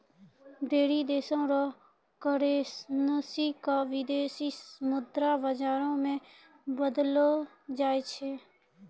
ढेरी देशो र करेन्सी क विदेशी मुद्रा बाजारो मे बदललो जाय छै